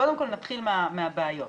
קודם כל נתחיל מהבעיות.